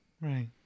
Right